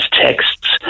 texts